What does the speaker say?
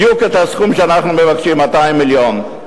בדיוק את הסכום שאנחנו מבקשים: 200 מיליון.